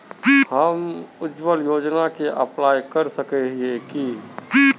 हम उज्वल योजना के अप्लाई कर सके है की?